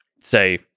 say